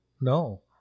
no